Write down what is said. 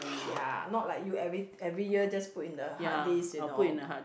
ya not like you every every year just put in the hard disc you know